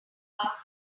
parked